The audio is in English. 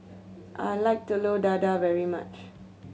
I like Telur Dadah very much